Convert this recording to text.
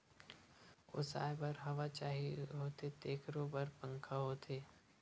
ओसाए बर हवा चाही होथे तेखरो बर पंखा होथे